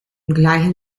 gleichen